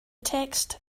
text